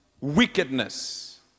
wickedness